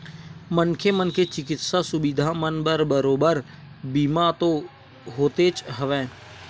मनखे मन के चिकित्सा सुबिधा मन बर बरोबर बीमा तो होतेच हवय